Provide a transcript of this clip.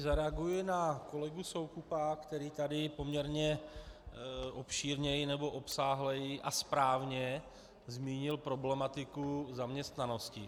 Zareaguji na kolegu Soukupa, který tady poměrně obšírněji nebo obsáhleji a správně zmínil problematiku zaměstnanosti.